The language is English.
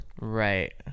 Right